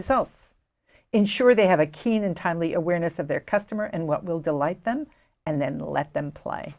results ensure they have a keen and timely awareness of their customer and what will delight them and then let them play